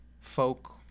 folk